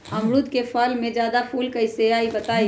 अमरुद क फल म जादा फूल कईसे आई बताई?